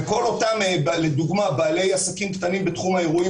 וכל אותם בעלי עסקים קטנים בתחום האירועים